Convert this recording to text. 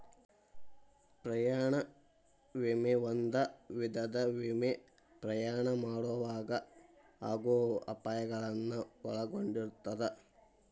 ಪ್ರಯಾಣ ವಿಮೆ ಒಂದ ವಿಧದ ವಿಮೆ ಪ್ರಯಾಣ ಮಾಡೊವಾಗ ಆಗೋ ಅಪಾಯಗಳನ್ನ ಒಳಗೊಂಡಿರ್ತದ